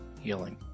healing